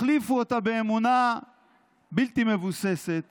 החליפו אותה באמונה בלתי מבוססת